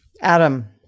Adam